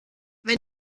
wenn